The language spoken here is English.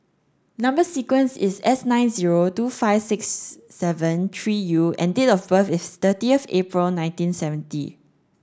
number sequence is S nine zero two five six seven three U and date of birth is thirtieth April nineteen seventy